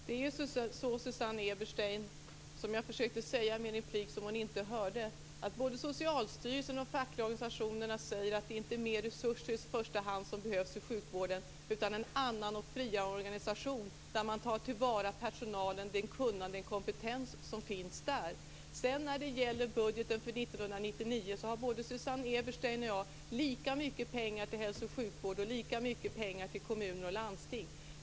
Fru talman! Som jag försökte säga i min replik som Susanne Eberstein inte hörde säger både Socialstyrelsen och de fackliga organisationerna att det i första hand inte är mer resurser som behövs i sjukvården, utan det behövs en annan och friare organisation där man tar till vara personalens kunnande och kompetens. När det gäller budgeten för 1999 har både Susanne Eberstein och jag lika mycket pengar till hälsooch sjukvård och lika mycket pengar till kommuner och landsting.